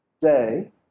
day